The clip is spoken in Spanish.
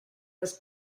los